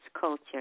Culture